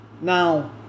Now